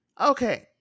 Okay